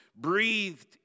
breathed